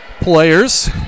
players